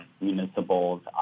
municipals